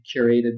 curated